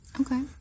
Okay